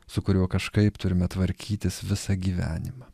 su kuriuo kažkaip turime tvarkytis visą gyvenimą